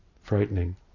frightening